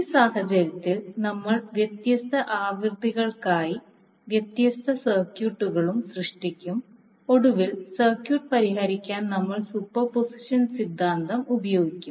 ഈ സാഹചര്യത്തിൽ നമ്മൾ വ്യത്യസ്ത ആവൃത്തികൾക്കായി വ്യത്യസ്ത സർക്യൂട്ടുകളും സൃഷ്ടിക്കും ഒടുവിൽ സർക്യൂട്ട് പരിഹരിക്കാൻ നമ്മൾ സൂപ്പർപോസിഷൻ സിദ്ധാന്തം ഉപയോഗിക്കും